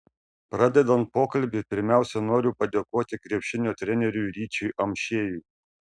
pradedant pokalbį pirmiausiai noriu padėkoti krepšinio treneriui ryčiui amšiejui